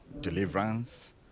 deliverance